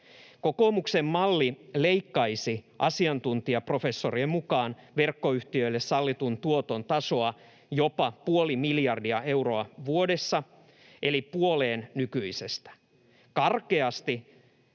Kokoomuksen malli leikkaisi asiantuntijaprofessorien mukaan verkkoyhtiöille sallitun tuoton tasoa jopa puoli miljardia euroa vuodessa eli puoleen nykyisestä.